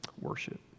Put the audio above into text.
worship